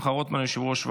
על